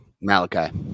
malachi